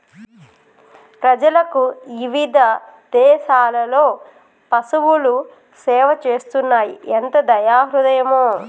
ప్రజలకు ఇవిధ దేసాలలో పసువులు సేవ చేస్తున్నాయి ఎంత దయా హృదయమో